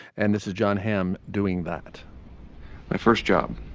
and this is jon, him doing that my first job,